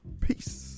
Peace